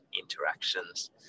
interactions